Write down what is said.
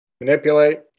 Manipulate